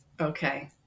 Okay